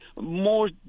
more